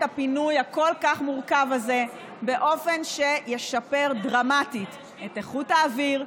הפינוי הכל-כך מורכב הזה באופן שישפר דרמטית את איכות האוויר,